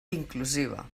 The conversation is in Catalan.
inclusiva